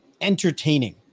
entertaining